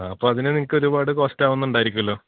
ആ അപ്പോള് അതിനു നിങ്ങള്ക്ക് ഒരുപാട് കോസ്റ്റാവുന്നുണ്ടായിരിക്കുമല്ലോ